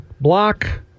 block